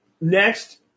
Next